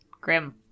Grim